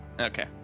Okay